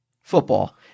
football